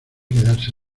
quedarse